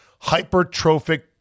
hypertrophic